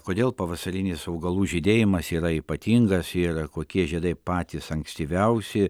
kodėl pavasarinis augalų žydėjimas yra ypatingas ir kokie žiedai patys ankstyviausi